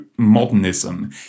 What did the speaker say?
modernism